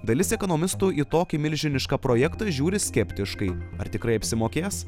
dalis ekonomistų į tokį milžinišką projektą žiūri skeptiškai ar tikrai apsimokės